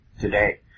today